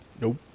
nope